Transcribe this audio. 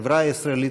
לחברה הישראלית,